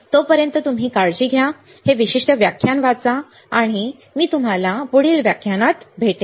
म्हणून तोपर्यंत तुम्ही काळजी घ्या हे विशिष्ट व्याख्यान वाचा आणि मी तुम्हाला पुढील व्याख्यानात भेटेन